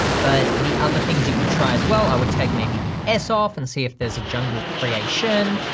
but the other things you could try as well, i would take maybe the s off and see if there's a jungle creation,